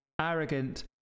arrogant